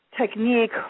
technique